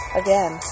again